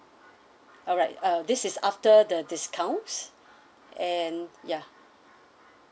alright uh this is after the discounts and ya